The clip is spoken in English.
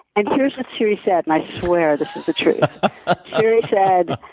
and here's what siri said and i swear this is the truth. siri said,